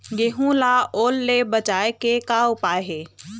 गेहूं ला ओल ले बचाए के का उपाय हे?